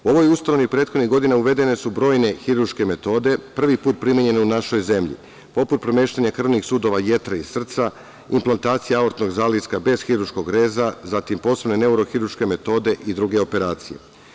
U ovoj ustanovi prethodnih godina uvedene su brojne hirurške metode prvi put primenjene u našoj zemlji, poput premeštanja krvnih sudova, jetre i srca, inplantacije aortnog zaliska bez hirurškog reza, zatim posebne neurohirurške metode i druge operacije.